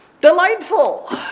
delightful